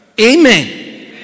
Amen